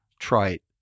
trite